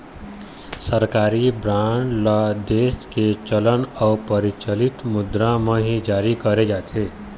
सरकारी बांड ल देश के चलन अउ परचलित मुद्रा म ही जारी करे जाथे